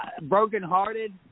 Broken-hearted